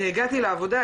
הגעתי לעבודה,